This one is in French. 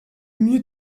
menu